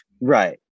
right